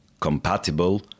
compatible